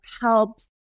helps